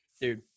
Dude